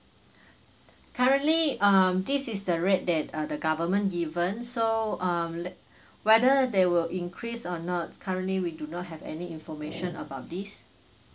currently um this is the rate that uh the government given so um let whether they will increase or not currently we do not have any information about this